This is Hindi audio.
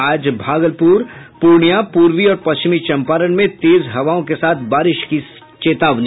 आज भागलपुर पूर्णिया पूर्वी और पश्चिमी चंपारण में तेज हवाओं के साथ बारिश की चेतावनी